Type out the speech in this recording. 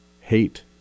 hate